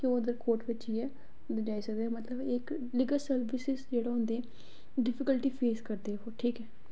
ते केईं कोर्ट च पुज्जियै बी जाई सकदे पर लीगल सर्विस जेह्ड़े होंदे डिफीकल्टी फेस करदे